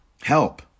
help